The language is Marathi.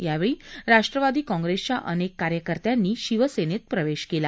यावेळी राष्ट्रवादी काँप्रेसच्या अनेक कार्यकर्त्यांनी शिवसेनेत प्रवेश केला